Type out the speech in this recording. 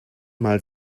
mal